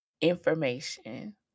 information